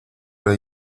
era